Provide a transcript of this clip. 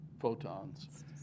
photons